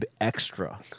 Extra